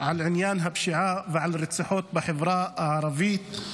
על עניין הפשיעה ועל רציחות בחברה הערבית,